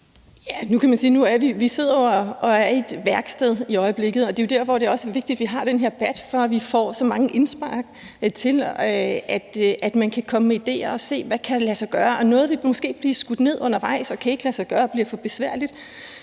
det er jo der, hvor det også er vigtigt, at vi har den her debat, for at vi får så mange indspark, og man kan komme med idéer og se, hvad der kan lade sig gøre. Og noget vil måske blive skudt ned undervejs og kan ikke lade sig gøre og bliver for besværligt.